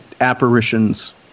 apparitions